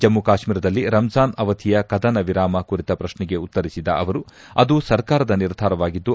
ಜಮ್ಮು ಕಾತ್ಮೀರದಲ್ಲಿ ರಂಜಾನ್ ಅವಧಿಯ ಕದನ ವಿರಾಮ ಕುರಿತ ಪ್ರಶ್ನೆಗೆ ಉತ್ತರಿಸಿದ ಸಚಿವರು ಅದು ಸರ್ಕಾರದ ನಿರ್ಧಾರವಾಗಿದ್ದು